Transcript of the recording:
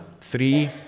Three